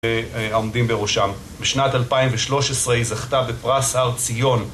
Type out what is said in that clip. עומדים בראשם. בשנת 2013 היא זכתה בפרס הר-ציון